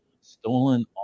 stolen